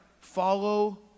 Follow